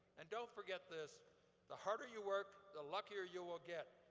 and don't forget this the harder you work, the luckier you will get.